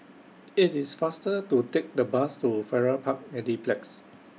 IT IS faster to Take The Bus to Farrer Park Mediplex